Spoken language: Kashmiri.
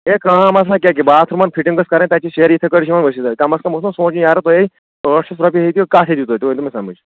ہے کٲم ٲس باتھروٗمَن فِٹِنگ ٲس کرٕنۍ تَتہِ چھِ سیرِ یِتھَے کٔٹھۍ چھِ یِوان ؤسِتھ کمَس کم اوس نہ سونٛچُن یارٕ تۄہے ٲٹھ شَتھ رۄپیہِ ہیٚتِو کَتھ ہیٚتِو تۄہہِ تُہۍ ؤنۍتو مےٚ سمٕجھ